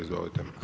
Izvolite.